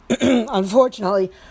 unfortunately